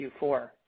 Q4